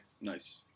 Nice